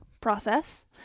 process